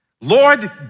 Lord